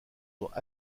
dont